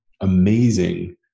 amazing